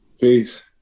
Peace